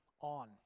on